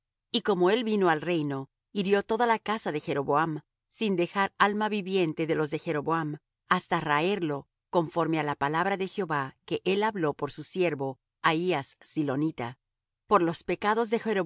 y como él vino al reino hirió toda la casa de jeroboam sin dejar alma viviente de los de jeroboam hasta raerlo conforme á la palabra de jehová que él habló por su siervo ahías silonita por los pecados de